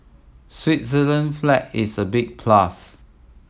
Switzerland flag is a big plus